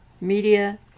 media